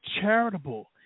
charitable